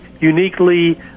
uniquely